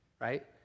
right